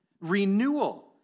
Renewal